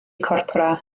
corpora